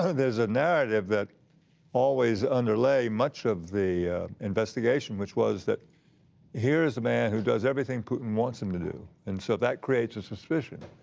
there's a narrative that always underlay much of the investigation, which was that here's a man who does everything putin wants him to do. and so that creates a suspicion.